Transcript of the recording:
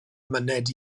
myned